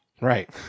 Right